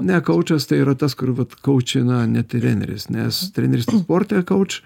ne koučas tai yra tas kur vat koučina ne treneris nes treneris tai sporte kouč